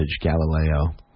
Galileo